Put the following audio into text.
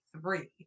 three